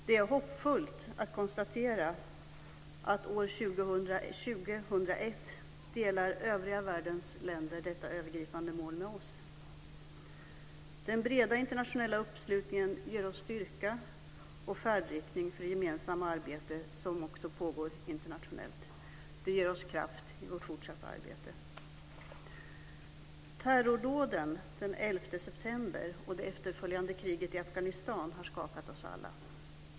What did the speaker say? Det är hoppfullt att konstatera att år 2001 delar övriga världens länder detta övergripande mål med oss. Den breda internationella uppslutningen ger oss styrka och färdriktning för det gemensamma arbete som också pågår internationellt. Det ger oss kraft i vårt fortsatta arbete. Terrordåden den 11 september och det efterföljande kriget i Afghanistan har skakat oss alla.